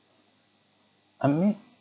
I mean